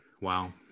Wow